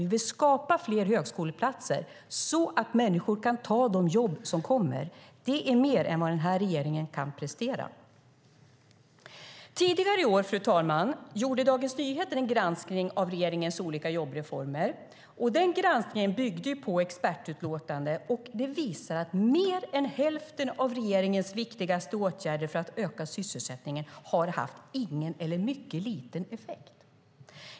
Vi vill skapa fler högskoleplatser så att människor kan ta de jobb som kommer. Det är mer än vad den här regeringen kan prestera. Tidigare i år, fru talman, gjorde Dagens Nyheter en granskning av regeringens olika jobbreformer. Den granskningen byggde på expertutlåtanden och visar att mer än hälften av regeringens viktigaste åtgärder för att öka sysselsättningen har haft ingen eller en mycket liten effekt.